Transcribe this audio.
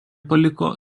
paliko